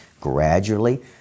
Gradually